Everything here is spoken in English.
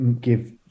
give